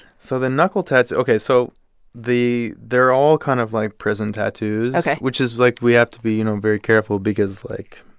so the knuckle tattoo ok. so the they're all kind of, like, prison tattoos. ok. which is, like we have to be you know very careful because, like,